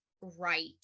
right